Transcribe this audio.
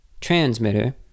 transmitter